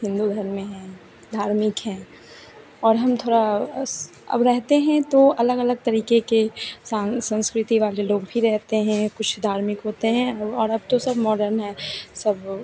हिन्दू धर्म में हैं धार्मिक हैं और हम थोड़ा अब रहते हैं तो अलग अलग तरीके के संस्कृति वाले लोग भी रहते हैं कुछ धार्मिक होते हैं और अब तो सब मॉडर्न हैं सब